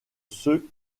ceux